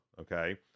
okay